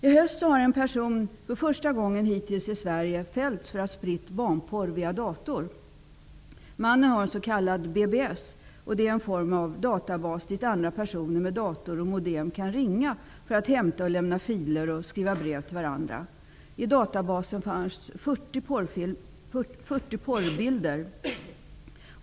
I höst har en person, för första gången i Sverige hitills, fällts för att ha spritt barnporr via dator. Mannen har en s.k. BBS. Det är en form av databas dit andra personer med dator och modem kan ringa för hämta och lämna filer och skriva brev till varandra. I databasen fanns 40 porrbilder.